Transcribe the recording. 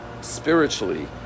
spiritually